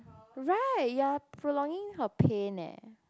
right you are prolonging her pain eh